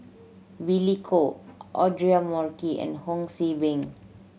Billy Koh Audra and Ho See Beng